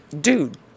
Dude